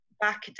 back